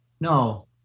No